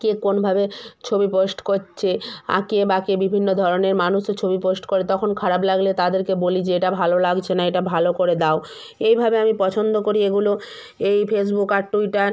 কে কোনভাবে ছবি পোস্ট করছে আকে বাঁকে বিভিন্ন ধরনের মানুষ তো ছবি পোস্ট করে তখন খারাপ লাগলে তাদেরকে বলি যে এটা ভালো লাগছে না এটা ভালো করে দাও এইভাবে আমি পছন্দ করি এগুলো এই ফেসবুক আর টুইটার